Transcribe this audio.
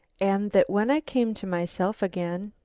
and that when i came to myself again,